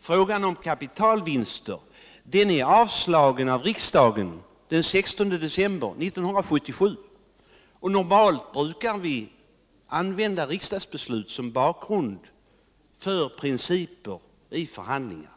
Frågan om kapitalvinster föll i riksdagen den 16 december 1977. Normalt brukar vi använda riksdagsbeslut som bakgrund för principer vid förhandlingar.